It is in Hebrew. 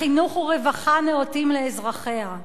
חינוך ורווחה נאותים לאזרחיה.